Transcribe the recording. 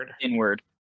inward